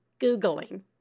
Googling